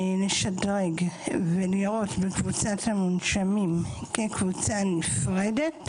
ראה לנכון לשדרג ולראות בקבוצת המונשמים כקבוצה נפרדת,